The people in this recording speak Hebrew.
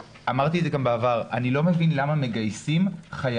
אמרתי את זה גם בעבר: אני לא מבין למה מגייסים חיילים.